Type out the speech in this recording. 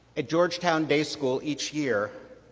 at georgetown day school each year,